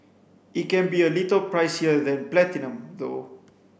it can be a little pricier than Platinum though